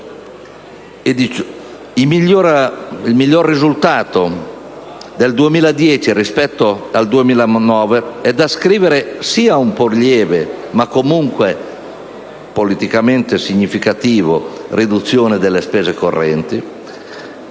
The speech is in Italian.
Il miglior risultato del 2010 rispetto al 2009 è da ascrivere sia a una pur lieve, ma comunque politicamente, significativa, riduzione della spesa corrente